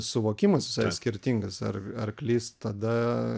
suvokimas skirtingas ar arklys tada